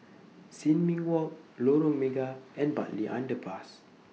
Sin Ming Walk Lorong Mega and Bartley Underpass